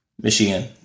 Michigan